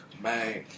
man